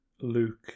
Luke